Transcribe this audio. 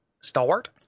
Stalwart